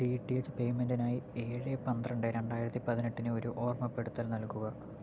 D T H പേയ്മെൻറ്റിനായി ഏഴ് പന്ത്രണ്ട് രണ്ടായിരത്തി പതിനെട്ടിന് ഒരു ഓർമ്മപ്പെടുത്തൽ നൽകുക